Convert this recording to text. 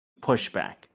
pushback